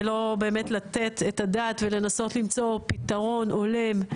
ולא באמת לנסות לתת את הדעת ולנסות לתת פתרון הולם.